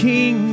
King